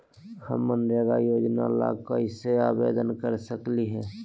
हम मनरेगा योजना ला कैसे आवेदन कर सकली हई?